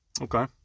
okay